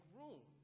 room